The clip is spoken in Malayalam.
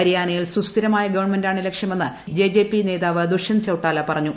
ഹരിയാനയിൽ സുസ്ഥിരമായ ഗവൺമെന്റാണ് ലക്ഷ്യമെന്ന് ജെ ജെ പി നേതാവ് ദുഷ്യന്ത് ചൌട്ടാലു് പുറഞ്ഞു